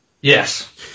Yes